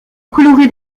coloré